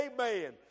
Amen